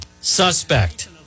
suspect